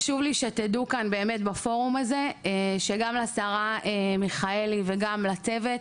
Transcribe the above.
חשוב לי שתדעו כאן בפורום הזה שגם לשרה מיכאלי וגם לצוות